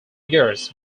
years